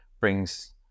brings